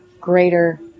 greater